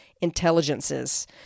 intelligences